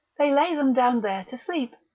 they lay them down there to sleep,